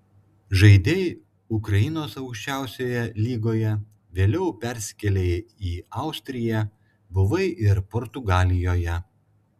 žaidei ukrainos aukščiausioje lygoje vėliau persikėlei į austriją buvai ir portugalijoje